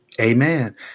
Amen